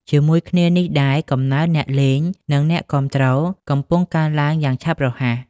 ជាមួយគ្នានេះដែរ កំណើនអ្នកលេង និងអ្នកគាំទ្រ កំពុងកើនឡើងយ៉ាងឆាប់រហ័ស។